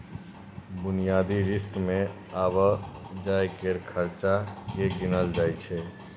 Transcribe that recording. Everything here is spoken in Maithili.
बुनियादी रिस्क मे आबय जाय केर खर्चो केँ गिनल जाय छै